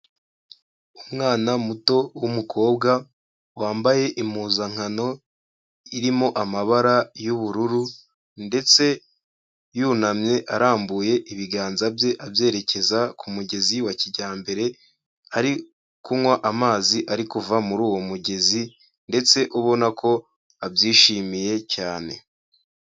Umwana muto w'umukobwa wambaye impuzankano, irimo amabara y'ubururu ndetse yunamye arambuye ibiganza bye abyerekeza ku mugezi wa kijyambere, ari kunywa amazi ari kuva muri uwo mugezi ndetse ubona ko abyishimiye cyane.